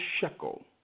shekel